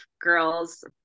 Girls